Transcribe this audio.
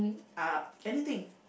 uh anything